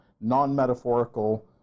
non-metaphorical